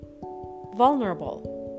vulnerable